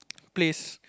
place